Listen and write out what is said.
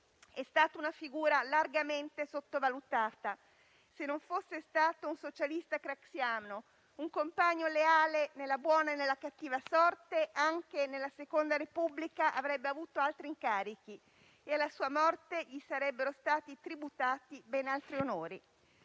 È stata una figura largamente sottovalutata. Se non fosse stato un socialista craxiano, un compagno leale, nella buona e nella cattiva sorte, anche nella "seconda Repubblica" avrebbe avuto altri incarichi e alla sua morte gli sarebbero stati tributati ben altri onori.